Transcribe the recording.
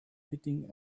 hitting